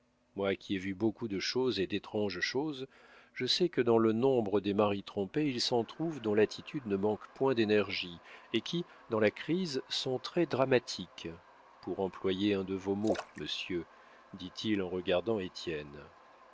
moi qui ai vu beaucoup de choses et d'étranges choses je sais que dans le nombre des maris trompés il s'en trouve dont l'attitude ne manque point d'énergie et qui dans la crise sont très dramatiques pour employer un de vos mots monsieur dit-il en regardant